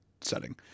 setting